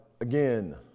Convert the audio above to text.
again